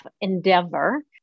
endeavor